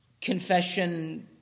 confession –